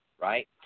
Right